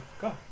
go